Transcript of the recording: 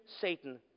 Satan